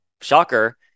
shocker